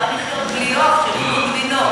אפשר לחיות בלי עוף, תחיו מגבינות.